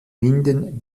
minden